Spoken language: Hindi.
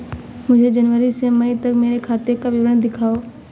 मुझे जनवरी से मई तक मेरे खाते का विवरण दिखाओ?